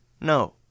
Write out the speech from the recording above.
No